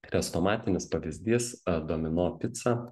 chrestomatinis pavyzdys domino pica